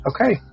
okay